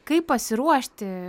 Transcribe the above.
kaip pasiruošti